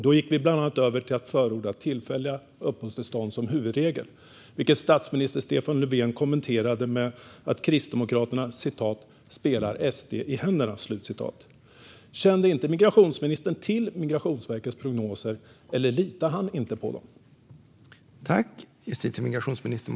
Då gick vi bland annat över till att förorda tillfälliga uppehållstillstånd som huvudregel, vilket statsminister Stefan Löfven kommenterade med att Kristdemokraterna "spelar SD i händerna". Kände migrationsministern inte till Migrationsverkets prognoser, eller litade han inte på dem?